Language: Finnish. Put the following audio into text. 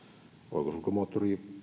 oikosulkumoottorilla